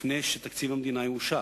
לפני שתקציב המדינה יאושר.